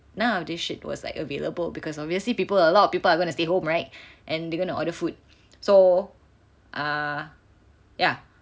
none of this shit was like available because obviously people a lot of people are gonna stay home right and they're gonna order food so err ya